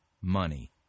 money